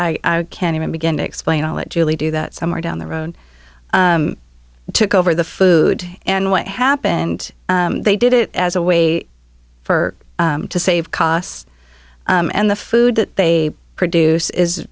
i can't even begin to explain all that julie do that somewhere down the road took over the food and what happened they did it as a way for to save costs and the food that they produce is